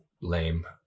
lame